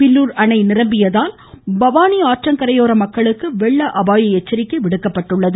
பில்லூர் அணை நிரம்பியதால் பவானி அழற்றங்கரையோர மக்களுக்கு வெள்ள அபாய எச்சரிக்கை விடுக்கப்பட்டுள்ளது